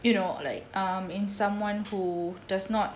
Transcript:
you know like um in someone who does not